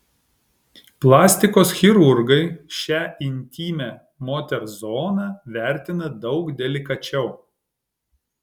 plastikos chirurgai šią intymią moters zoną vertina daug delikačiau